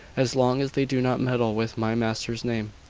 as long as they do not meddle with my master's name.